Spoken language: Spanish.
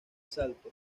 salto